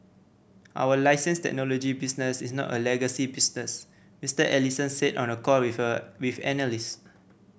our license technology business is not a legacy business Mister Ellison said on a call with a with analysts